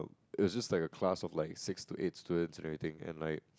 it's just like a class of like six to eight students and everything and like